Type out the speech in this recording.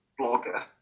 Blogger